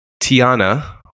Tiana